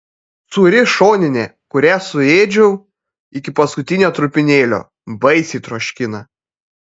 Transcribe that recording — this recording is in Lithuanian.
sūri šoninė kurią suėdžiau iki paskutinio trupinėlio baisiai troškina